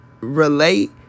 relate